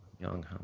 young